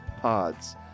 pods